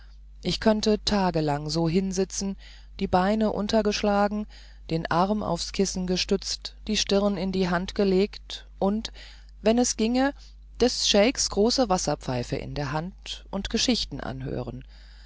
ich könnte tagelang so hinsitzen die beine untergeschlagen einen arm aufs kissen gestützt die stirne in die hand gelegt und wenn es ginge des scheiks große wasserpfeife in der hand und geschichten anhören